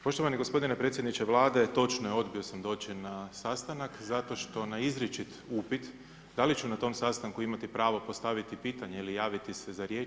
Poštovani gospodine predsjedniče Vlade točno je, odbio sam doći na sastanak zato što na izričit upit da li ću na tom sastanku imati pravo postaviti pitanje ili javiti se za riječ.